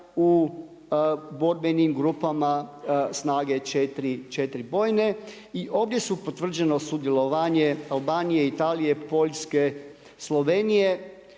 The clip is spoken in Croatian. u borbenim grupama snage 4 bojne. I ovdje su potvrđeno sudjelovanje Albanije, Italije, Poljske, Slovenije,